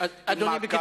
עם מעקב,